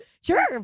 Sure